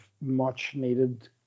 much-needed